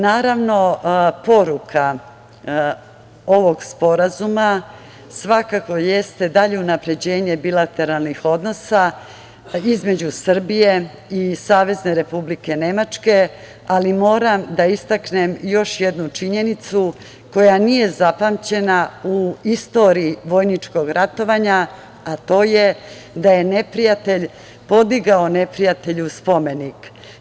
Naravno, poruka ovog sporazuma svakako jeste dalje unapređenje bilateralnih odnosa između Srbije i Savezne Republike Nemačke, ali moram da istaknem još jednu činjenicu koja nije zapamćena u istoriji vojničkog ratovanja, a to je da je neprijatelj podigao neprijatelju spomenik.